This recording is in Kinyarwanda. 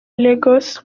lagos